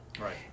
Right